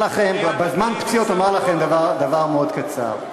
בזמן הפציעות אומר לכם דבר מאוד קצר.